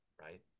right